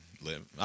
live